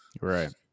Right